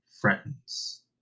friends